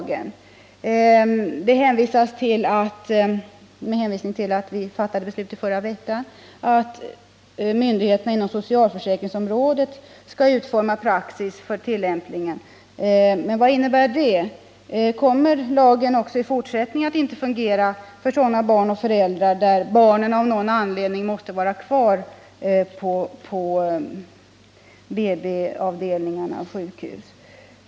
Gabriel Romanus säger med hänvisning till det beslut vi fattade i förra veckan att myndigheterna inom socialförsäkringsområdet skall utforma praxis för tillämpningen. Vad innebär det? Kommer lagen också i fortsättningen att inte fungera, om barnet av någon anledning måste vara kvar på BB-avdelningen?